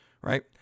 right